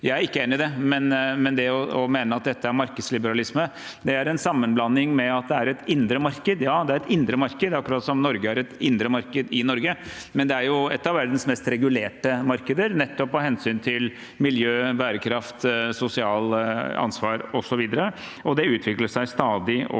Jeg er ikke enig i det, men det å mene at dette er markedsliberalisme er en sammenblanding med at det er et indre marked. Ja, det er et indre marked, akkurat som Norge har et indre marked i Norge, men det er et av verdens mest regulerte markeder, nettopp av hensyn til miljø, bærekraft, sosialt ansvar og så videre. Det utvikler seg også